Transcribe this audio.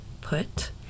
put